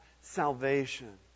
salvation